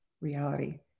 Reality